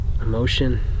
Emotion